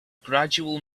gradual